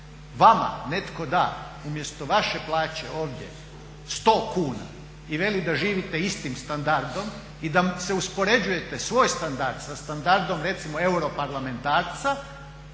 vama netko da umjesto vaše plaće ovdje 100 kuna i veli da živite istim standardom i da se uspoređujete svoj standard sa standardom recimo europarlamentarca